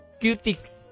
cutics